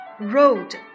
road